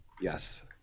Yes